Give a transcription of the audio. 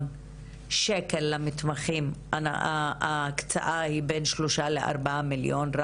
שקל למתמחים הקצאה היא רק בין שלושה לארבעה מיליון.